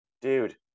Dude